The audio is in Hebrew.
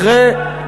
אחרי,